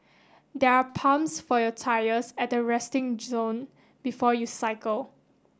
there are pumps for your tyres at the resting zone before you cycle